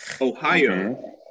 Ohio